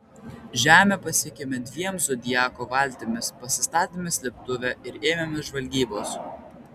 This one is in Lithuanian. žemę pasiekėme dviem zodiako valtimis pasistatėme slėptuvę ir ėmėmės žvalgybos